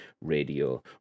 radio